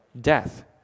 death